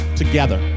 together